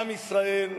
עם ישראל,